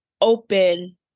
open